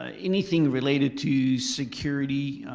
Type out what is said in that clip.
ah anything related to security,